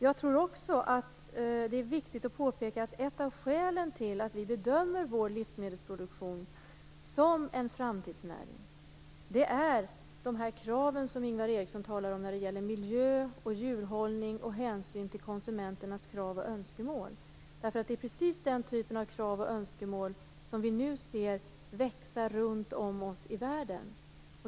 Jag tror också att det är viktigt att påpeka att ett av skälen till att vi bedömer vår livsmedelsproduktion som en framtidsnäring är de krav som Ingvar Eriksson talar om när det gäller miljö, djurhållning och hänsyn till konsumenternas krav och önskemål. Det är precis den typen av krav och önskemål som vi ser växa runt om i världen.